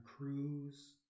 cruise